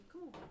Cool